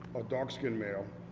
ah dark skinned male,